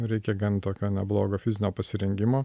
reikia gan tokio neblogo fizinio pasirengimo